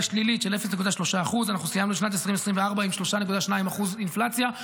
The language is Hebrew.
שלילית של 0.3%. סיימנו את שנת 2024 עם 3.2% אינפלציה.